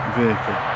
vehicle